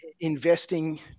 Investing